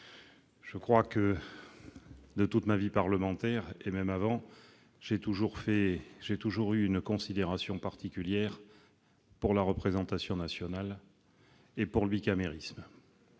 au cours de ma vie parlementaire, et même avant, j'ai toujours eu une considération particulière pour la représentation nationale et pour le bicamérisme.